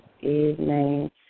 evening